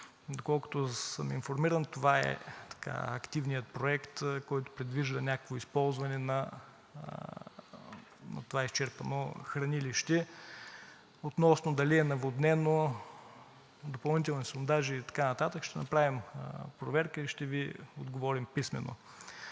Доколкото съм информиран, това е активният проект, който предвижда някакво използване на това изчерпано хранилище. Относно това дали е наводнено, допълнителни сондажи и така нататък, ще направим проверка и ще Ви отговорим писмено.